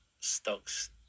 stocks